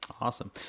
Awesome